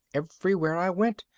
everywhere i went,